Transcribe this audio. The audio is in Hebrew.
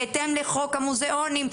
בהתאם לחוק המוזיאונים,